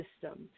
system